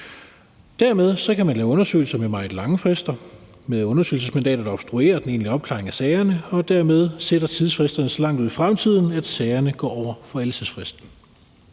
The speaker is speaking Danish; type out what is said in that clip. Dermed kan man lave undersøgelser med meget lange frister og med undersøgelsesmandater, der obstruerer den egentlig opklaring af sagerne og dermed sætter tidsfristerne så langt ud i fremtiden, at sagerne går over forældelsesfristen.